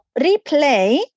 replay